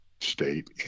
state